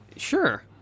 Sure